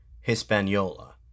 Hispaniola